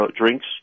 drinks